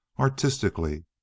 artistically